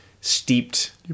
steeped